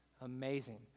Amazing